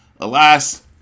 Alas